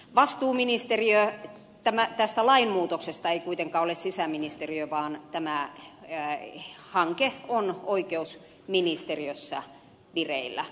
vastuuministeriö tästä lainmuutoksesta ei kuitenkaan ole sisäministeriö vaan tämä hanke on oikeusministeriössä vireillä